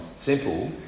Simple